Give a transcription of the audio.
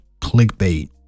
clickbait